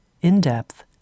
in-depth